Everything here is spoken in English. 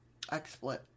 XSplit